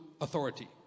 authority